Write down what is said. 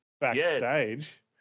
backstage